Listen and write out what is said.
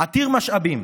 עתיר משאבים,